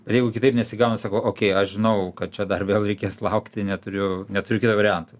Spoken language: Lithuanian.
jeigu kitaip nesigauna sako okei aš žinau kad čia dar vėl reikės laukti neturiu neturiu kito varianto